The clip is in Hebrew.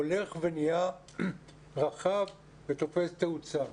הולך ונהיה רחב ותופס תאוצה.